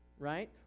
right